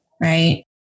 Right